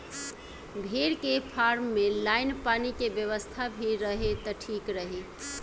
भेड़ के फार्म में लाइन पानी के व्यवस्था भी रहे त ठीक रही